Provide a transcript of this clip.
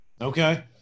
Okay